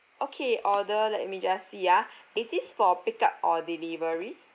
okay order let me just see ah is this for pick up or delivery